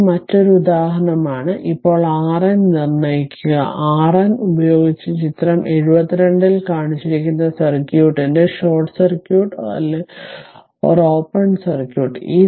അതിനാൽ ഇത് മറ്റൊരു ഉദാഹരണമാണെന്ന് ഇപ്പോൾ RN നിർണ്ണയിക്കുക RN ഉപയോഗിച്ച് ചിത്രം 72 ൽ കാണിച്ചിരിക്കുന്ന സർക്യൂട്ടിന്റെ ഷോർട്ട് സർക്യൂട്ട് ഓപ്പൺ സർക്യൂട്ട്